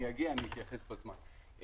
אני אגיע, אני אתייחס בזמן.